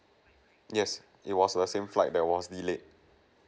yes it was err same flight that was delayed